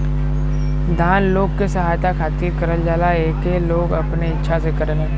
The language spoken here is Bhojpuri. दान लोग के सहायता खातिर करल जाला एके लोग अपने इच्छा से करेलन